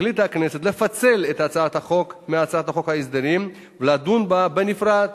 החליטה הכנסת לפצל את הצעת החוק מהצעת חוק ההסדרים ולדון בה בנפרד.